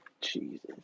Jesus